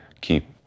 keep